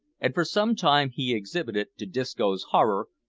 and for some time he exhibited, to disco's horror,